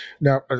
Now